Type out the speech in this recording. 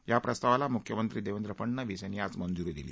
या प्रस्तावाला मुख्यमंत्री देवेंद्र फडणवीस यांनी आज मंजूरी दिली